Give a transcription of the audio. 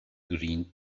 green